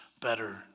better